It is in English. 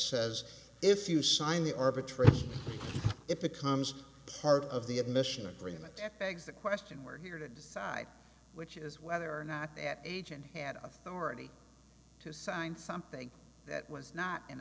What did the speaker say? says if you sign the arbitrary it becomes part of the admission agreement that begs the question we're here to decide which is whether or not that agent had authority to sign something that was not in